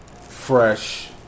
Fresh